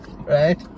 Right